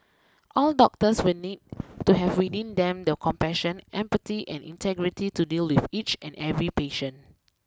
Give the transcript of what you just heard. all doctors will need to have within them the compassion empathy and integrity to deal with each and every patient